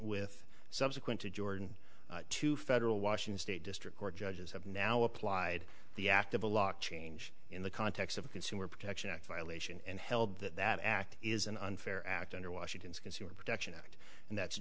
with subsequent to jordan to federal washington state district court judges have now applied the act of a lock change in the context of a consumer protection act violation and held that that act is an unfair act under washington's consumer protection act and that's